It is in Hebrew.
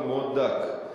והוא מאוד דק,